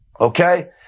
okay